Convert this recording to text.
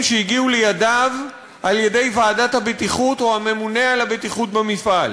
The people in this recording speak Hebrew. שהגיעו לידיו על-ידי ועדת הבטיחות או הממונה על הבטיחות במפעל.